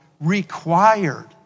required